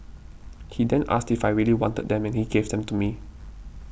he then asked if I really wanted them and he gave them to me